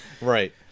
right